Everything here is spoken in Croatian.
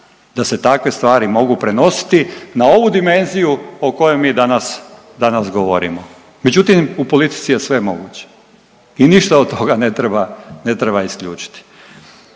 Da se takve stvari mogu prenositi na ovu dimenziju o kojoj mi danas, danas govorimo. Međutim, u politici je sve moguće i ništa od toga ne treba, ne treba isključiti.